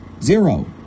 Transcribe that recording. Zero